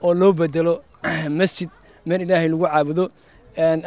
or no but there are man